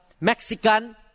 Mexican